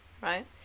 right